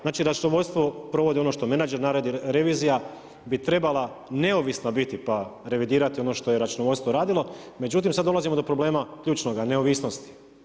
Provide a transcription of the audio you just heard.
Znači, računovodstvo provodi ono što menadžer naredi, revizija bi trebala neovisna biti pa revidirati ono što je računovodstvo radilo međutim sad dolazimo do problema ključnoga, neovisnosti.